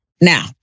Now